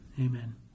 Amen